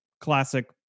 Classic